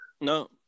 No